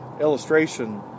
illustration